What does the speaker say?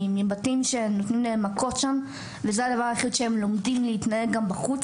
מבתים שנותנים להם שם מכות וזה הדבר שהם לומדים להתנהג כך גם בחוץ.